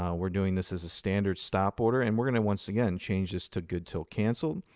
um we're doing this as a standard stop order. and we're going to once again change this to good till cancel,